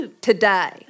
today